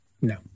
No